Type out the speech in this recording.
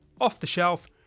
off-the-shelf